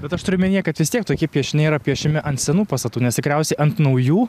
bet aš turiu omenyje kad vis tiek tokie piešiniai yra piešiami ant senų pastatų nes tikriausiai ant naujų